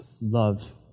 love